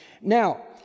Now